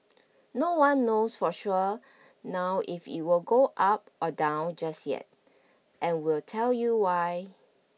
no one knows for sure now if it will go up or down just yet and we'll tell you why